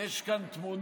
יש כאן תמונה